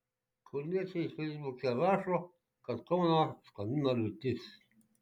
kauniečiai feisbuke rašo kad kauną skandina liūtis